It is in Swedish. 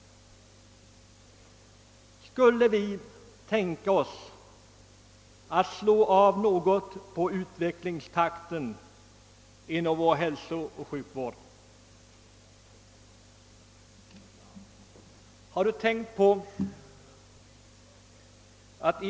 Skulle vi kunna tänka oss att slå av något på utvecklingstakten inom vår hälsooch sjukvård?